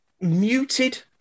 muted